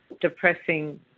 depressing